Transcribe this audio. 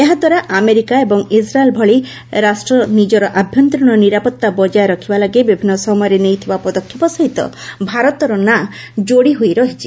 ଏହାଦ୍ୱାରା ଆମେରିକା ଏବଂ ଇକ୍ରାଏଲ୍ ଭଳି ରାଷ୍ଟ୍ର ନିଜର ଆଭ୍ୟନ୍ତରୀଣ ନିରାପତ୍ତା ବଜାୟ ରଖିବାଲାଗି ବିଭିନ୍ନ ସମୟରେ ନେଇଥିବା ପଦକ୍ଷେପ ସହିତ ଭାରତର ନାଁ ଯୋଡ଼ି ହୋଇ ରହିଛି